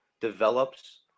develops